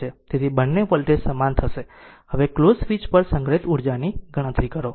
તેથી બંને વોલ્ટેજ સમાન હશે હવે ક્લોઝ સ્વીચ પર સંગ્રહિત ઉર્જાની ગણતરી કરો